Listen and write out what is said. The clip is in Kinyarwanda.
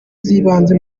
z’ibanze